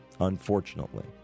unfortunately